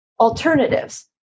Alternatives